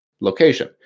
location